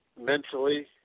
mentally